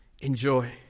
enjoy